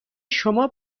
شما